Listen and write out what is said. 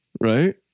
right